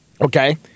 okay